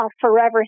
forever